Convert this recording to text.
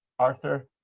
arthur,